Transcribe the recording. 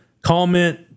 comment